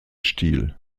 stiel